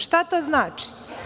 Šta to znači?